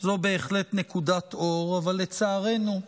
זאת בהחלט נקודת אור, אבל לצערנו,